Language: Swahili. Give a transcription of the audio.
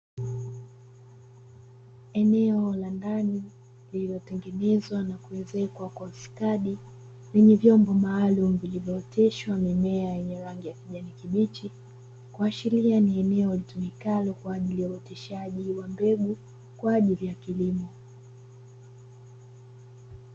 Eneo la ndani lililotengenezwa na kuezekwa kwa ustadi, lenye vyombo maalumu vilivyooteshwa mimea yenye rangi ya kijani kibichi, kuashiria ni eneo litumikalo kwa ajili ya uoteshaji wa mbegu kwa ajili ya kilimo.